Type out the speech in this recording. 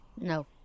no